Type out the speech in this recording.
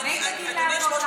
אדוני היושב-ראש,